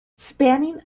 spanning